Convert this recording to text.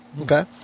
Okay